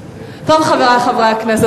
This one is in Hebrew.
חברי חברי הכנסת,